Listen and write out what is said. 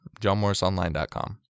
johnmorrisonline.com